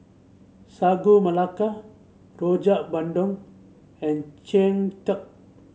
Sagu Melaka Rojak Bandung and Cheng Tng